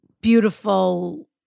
beautiful